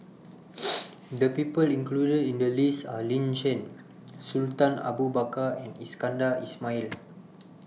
The People included in The list Are Lin Chen Sultan Abu Bakar and Iskandar Ismail